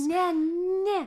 ne ne